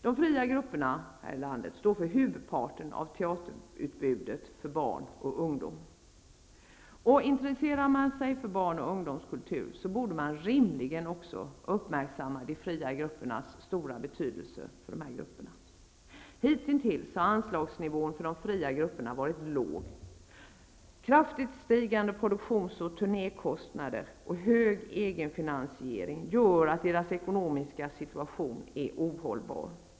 De fria grupperna i landet står för huvudparten av teaterutbudet för barn och ungdom. Intresserar man sig för barn och ungdomskultur borde man rimligen också uppmärksamma de fria gruppernas stora betydelse i det sammanhanget. Hitintills har anslagsnivån för de fria grupperna varit låg. Kraftigt stigande produktions och turnékostnader och hög egenfinansiering gör att deras ekonomiska situation är ohållbar.